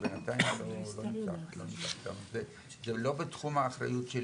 אבל בינתיים זה לא בתחום האחריות שלי.